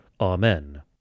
Amen